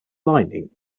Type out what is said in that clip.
lining